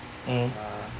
mm